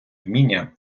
вміння